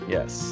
Yes